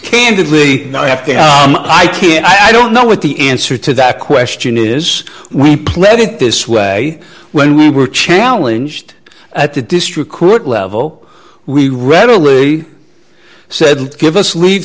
candidly i can't i don't know what the answer to that question is we played it this way when we were challenge to at the district court level we readily said give us lea